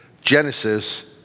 Genesis